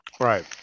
Right